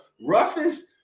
roughest